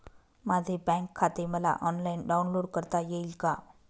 माझे बँक खाते मला ऑनलाईन डाउनलोड करता येईल का?